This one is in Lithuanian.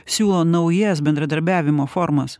siūlo naujas bendradarbiavimo formas